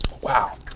Wow